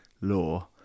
law